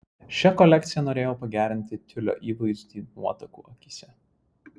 šia kolekcija norėjau pagerinti tiulio įvaizdį nuotakų akyse